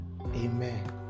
Amen